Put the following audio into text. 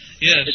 Yes